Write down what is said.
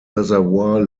reservoir